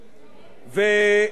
הרב גפני,